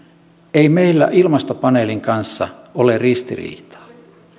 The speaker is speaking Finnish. ei meillä ilmastopaneelin kanssa ole ristiriitaa